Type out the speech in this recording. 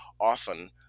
often